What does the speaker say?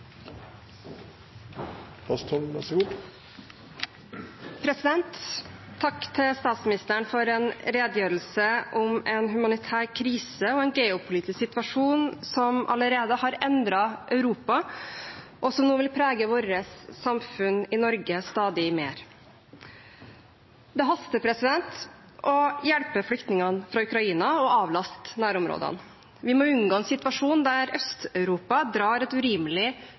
til statsministeren for en redegjørelse om en humanitær krise og en geopolitisk situasjon som allerede har endret Europa, og som nå vil prege vårt samfunn i Norge stadig mer. Det haster å hjelpe flyktningene fra Ukraina og avlaste nærområdene. Vi må unngå en situasjon der Øst-Europa drar et urimelig